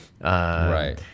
right